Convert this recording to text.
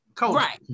right